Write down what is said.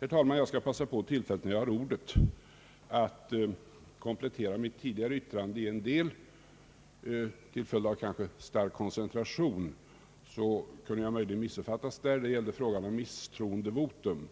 Herr talman! När jag har ordet skall jag passa på tillfället att komplettera mitt tidigare yttrande i en del. Till följd av stark koncentration kunde jag möjligen missuppfattas där. Det gällde frågan om misstroendevotum.